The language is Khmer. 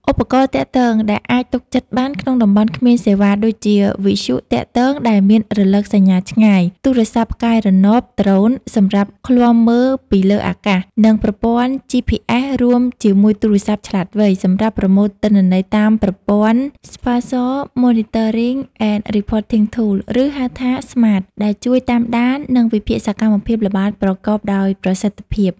ឧបករណ៍ទាក់ទង ដែលអាចទុកចិត្តបានក្នុងតំបន់គ្មានសេវា ដូចជា វិទ្យុទាក់ទងដែលមានរលកសញ្ញាឆ្ងាយ ទូរស័ព្ទផ្កាយរណប ដ្រូន សម្រាប់ឃ្លាំមើលពីលើអាកាស និង ប្រព័ន្ធ GPS រួមជាមួយទូរស័ព្ទឆ្លាតវៃ សម្រាប់ប្រមូលទិន្នន័យតាមប្រព័ន្ធ Spatial Monitoring and Reporting Tool ឬហៅថា ស្មាត SMART ដែលជួយតាមដាន និងវិភាគសកម្មភាពល្បាតប្រកបដោយប្រសិទ្ធភាព។